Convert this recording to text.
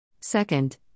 Second